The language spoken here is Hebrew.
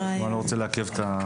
אבל אני לא רוצה לעכב את החקיקה.